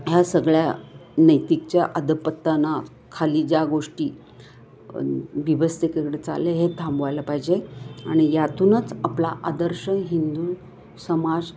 ह्या सगळ्या नैतिकच्या अधःपतनाखाली ज्या गोष्टी बीभत्सतेकडे चालले हे थांबवायला पाहिजे आणि यातूनच आपला आदर्श हिंदू समाज